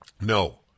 No